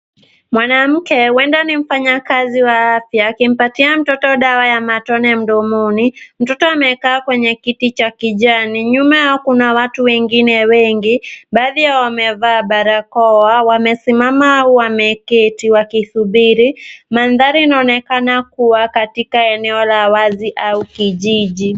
Mwanamke, huenda ni mfanyakazi wa afya, akimpatia mtoto dawa ya matone mdomoni. Mtoto amekaa kwenye kiti cha kijani, nyuma yao kuna watu wengine wengi. Baadhi yao wamevaa barakoa. Wamesimama au wameketi wakisubiri. Mandhari inaonekana kuwa katika eneo la wazi au kijiji.